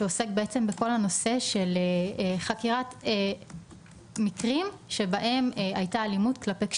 שעוסק בכל הנושא של חקירת מקרים שבהם הייתה אלימות כלפי קשישים.